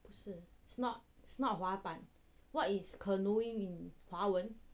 不是 it's not it's not 滑板 what's canoeing in 华文